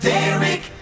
Derek